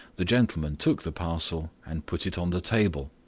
the gentleman took the parcel and put it on the table.